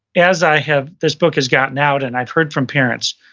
as i have, this book has gotten out and i've heard from parents,